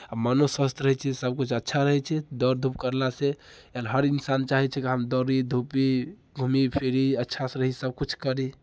आ मनो स्वस्थ रहै छै सभकिछु अच्छा रहै छै दौड़ धूप करलासँ किएकि हर इन्सान चाहै छै कि हम दौड़ी धूपी घूमी फिरी अच्छासँ रही सभकिछु करी